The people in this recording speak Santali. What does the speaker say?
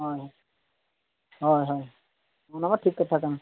ᱦᱳᱭ ᱦᱳᱭ ᱦᱳᱭ ᱚᱱᱟᱫᱚ ᱴᱷᱤᱠ ᱠᱟᱛᱷᱟ ᱠᱟᱱᱟ